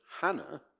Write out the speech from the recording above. Hannah